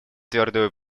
твердую